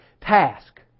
task